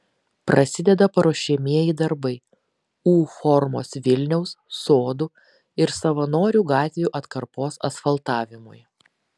prasideda paruošiamieji darbai u formos vilniaus sodų ir savanorių gatvių atkarpos asfaltavimui